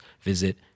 visit